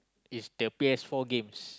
is the P_S-four games